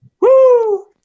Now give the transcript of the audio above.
Woo